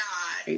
God